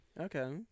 Okay